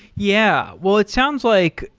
yeah. well, it sounds like,